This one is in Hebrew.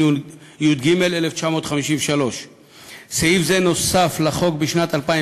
התשי"ג 1953. סעיף זה נוסף לחוק בשנת 2007